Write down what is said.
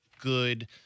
good